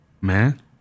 man